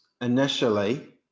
initially